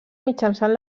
mitjançant